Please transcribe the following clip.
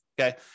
okay